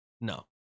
No